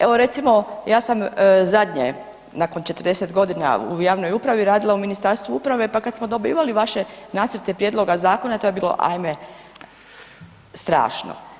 Evo recimo, ja sam zadnje nakon 40.g. u javnoj upravi radila u Ministarstvu uprave, pa kad smo dobivali vaše nacrte prijedloga zakona, to je bilo ajme strašno.